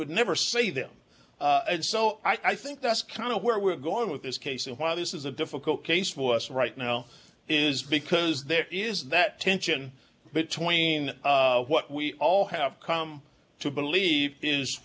would never say them and so i think that's kind of where we're going with this case and why this is a difficult case for us right now is because there is that tension between what we all have come to believe is